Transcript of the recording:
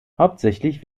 hauptsächlich